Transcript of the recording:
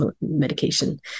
medication